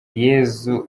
yesu